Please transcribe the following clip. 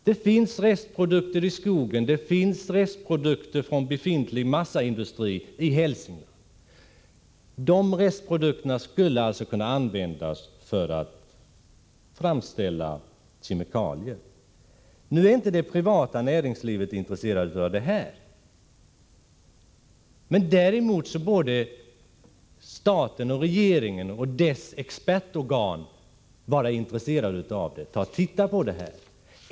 Det finns restprodukter i skogen och det finns restprodukter från befintlig massaindustri i Hälsingland. De restprodukterna skulle alltså kunna användas för framställning av kemikalier. Nu är man inom det privata näringslivet, som sagt, inte intresserad av det här. Men staten, regeringen och dess expertorgan, borde ha intresse av detta. Man borde titta på detta.